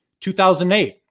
2008